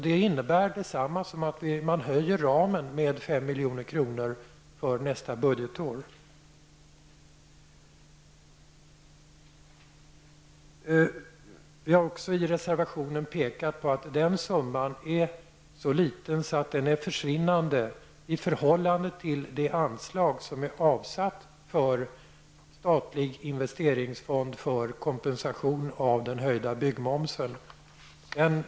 Det är detsamma som att man höjer ramen med 5 miljoner för nästa budgetår. Vi har också i reservationen pekat på att den summan är försvinnande liten i förhållande till det anslag som är avsatt för statlig investeringsfond för kompensation för höjningen av byggmomsen.